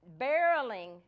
barreling